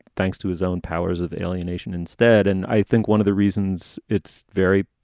thanks to his own powers of alienation instead, and i think one of the reasons it's very.